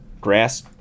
grass